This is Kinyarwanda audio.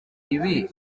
ibi